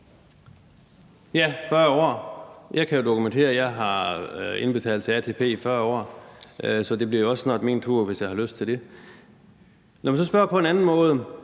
Ja, 40 år. Jeg kan jo dokumentere, at jeg har indbetalt til ATP i 40 år, så det bliver jo også snart min tur, hvis jeg har lyst til det. Lad mig så spørge på en anden måde: